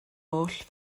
oll